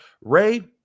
Ray